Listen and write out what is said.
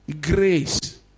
Grace